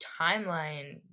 timeline